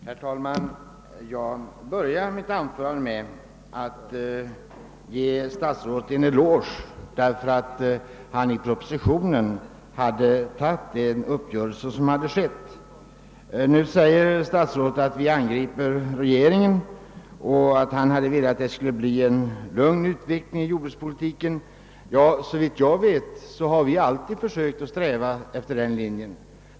Herr talman! Jag började mitt anförande med att ge statsrådet en eloge för att han i propositionen hade tagit den uppgörelse som skett. Nu säger statsrådet att vi angriper regeringen och att han hade hoppats på en lugn utveckling inom jordbrukspolitiken. Såvitt jag vet har vi alltid försökt sträva efter den linjen.